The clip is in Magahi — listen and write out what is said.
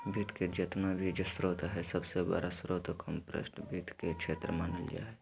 वित्त के जेतना भी स्रोत हय सबसे बडा स्रोत कार्पोरेट वित्त के क्षेत्र मानल जा हय